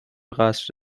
قصر